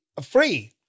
free